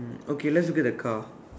okay let's look at the car